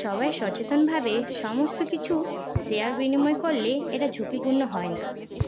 সবাই সচেতনভাবে সমস্ত কিছু শেয়ার বিনিময় করলে এটা ঝুঁকিপূর্ণ হয় না